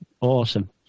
awesome